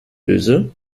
böse